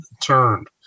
turned